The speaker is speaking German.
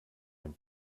dem